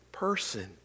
person